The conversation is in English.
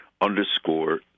underscore